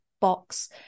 box